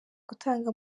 gutanga